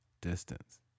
distance